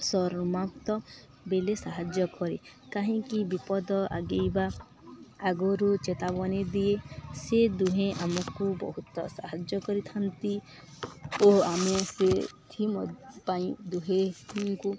ସମାପ୍ତ ବେଲେ ସାହାଯ୍ୟ କରେ କାହିଁକି ବିପଦ ଆଗେଇବା ଆଗରୁ ଚେତାବଣୀ ଦିଏ ସେ ଦୁହେଁ ଆମକୁ ବହୁତ ସାହାଯ୍ୟ କରିଥାନ୍ତି ଓ ଆମେ ସେଥିପାଇଁ ଦୁହେ ଦୁହିଁଙ୍କୁ